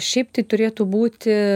šiaip tai turėtų būti